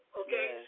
okay